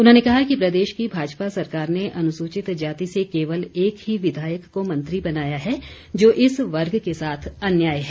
उन्होंने कहा कि प्रदेश की भाजपा सरकार ने अनुसूचित जाति से केवल एक ही विधायक को मंत्री बनाया गया है जो इस वर्ग के साथ अन्याय है